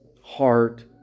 heart